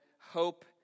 hope